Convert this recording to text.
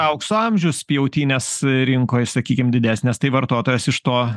aukso amžius pjautynes rinkoj sakykim didesnės tai vartotojas iš to